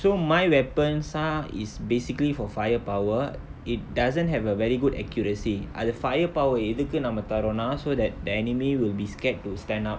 so my weapons are is basically for firepower it doesn't have a very good accuracy அது:athu firepower எதுக்கு நம்ம தரோனா:ethukku namma tharonaa so that the enemy will be scared to stand up